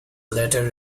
later